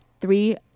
Three